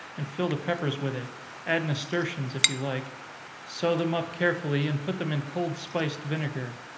and fill the peppers with it add nasturtions if you like sew them up carefully, and put them in cold spiced vinegar.